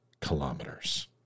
kilometers